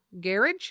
Garage